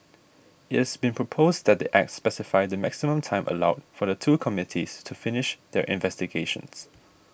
it has been proposed that the Act specify the maximum time allowed for the two committees to finish their investigations